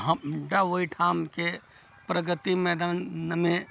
हमरा ओहिठामके प्रगति मैदानमे